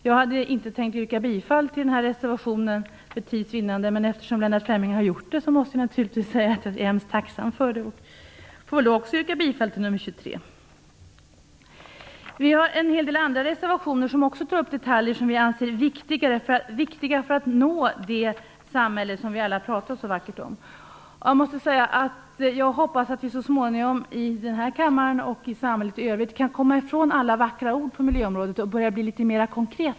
Jag hade inte tänkt att yrka bifall till den här reservationen för tids vinnande, men eftersom Lennart Fremling har gjort det måste jag säga att jag är mycket tacksam för det och yrkar därmed också bifall till reservation nr Vi har en del andra reservationer som också tar upp detaljer som vi anser viktiga för att nå det samhälle som vi alla pratar så vackert om. Jag hoppas att vi så småningom, här i kammaren och i samhället i övrigt, kan komma ifrån alla vackra ord på miljöområdet och bli litet mer konkreta.